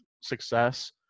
success